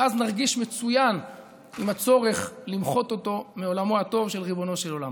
ואז נרגיש מצוין עם הצורך למחות אותו מעולמו הטוב של ריבונו של עולם.